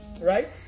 Right